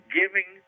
giving